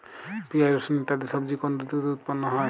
পিঁয়াজ রসুন ইত্যাদি সবজি কোন ঋতুতে উৎপন্ন হয়?